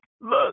look